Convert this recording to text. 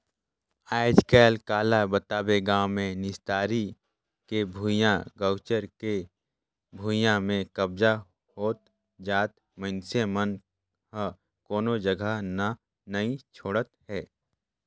आजकल काला बताबे गाँव मे निस्तारी के भुइयां, गउचर के भुइयां में कब्जा होत जाथे मइनसे मन ह कोनो जघा न नइ छोड़त हे